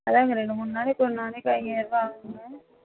அதான்ங்க ரெண்டு மூணு நாளைக்கு ஒரு நாளைக்கு ஐயாயிரரூவா ஆகும்ங்க